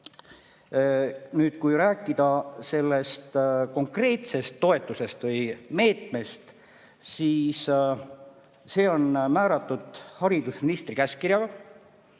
Kui rääkida konkreetsest toetusest või meetmest, siis see on määratud haridusministri käskkirjaga,